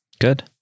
Good